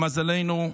למזלנו,